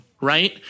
Right